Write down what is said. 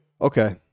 Okay